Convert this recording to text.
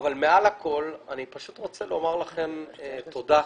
מעל הכול, אני פשוט רוצה לומר לכן תודה.